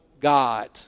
God